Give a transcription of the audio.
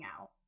out